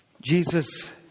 Jesus